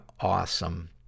awesome